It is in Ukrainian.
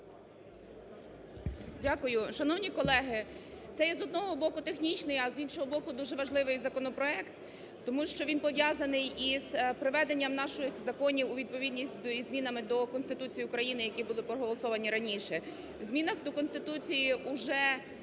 Дякую. Шановні колеги, це є, з одного боку, технічний, а, з іншого боку, дуже важливий законопроект, тому що він пов'язаний із приведенням наших законів із змінами до Конституції України, які були проголосовані раніше. В змінах до Конституції уже